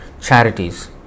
charities